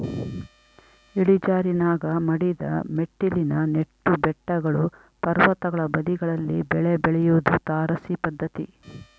ಇಳಿಜಾರಿನಾಗ ಮಡಿದ ಮೆಟ್ಟಿಲಿನ ನೆಟ್ಟು ಬೆಟ್ಟಗಳು ಪರ್ವತಗಳ ಬದಿಗಳಲ್ಲಿ ಬೆಳೆ ಬೆಳಿಯೋದು ತಾರಸಿ ಪದ್ಧತಿ